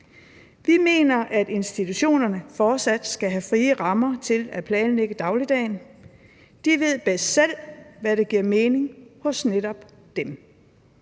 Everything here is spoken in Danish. Vi mener, at institutionerne fortsat skal have frie rammer til at planlægge dagligdagen. De ved bedst selv, hvad der giver mening hos netop dem.